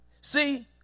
See